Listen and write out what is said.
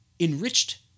enriched